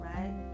Right